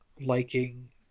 Liking